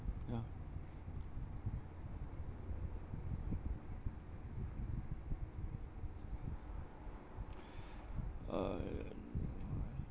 ya uh